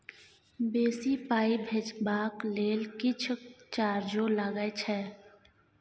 बेसी पाई भेजबाक लेल किछ चार्जो लागे छै?